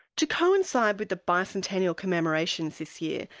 to coincide with the bicentennial commemorations this year,